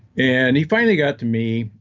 and he finally got to me,